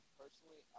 personally